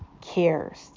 cares